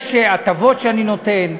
יש הטבות שאני נותן: